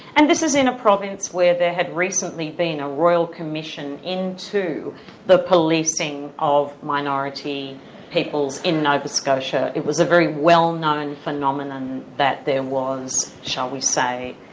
and this is in a province where there had recently been a royal commission into the policing of minority peoples in nova scotia. it was a very well-known phenomenon that there was, shall we say,